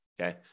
okay